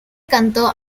cantó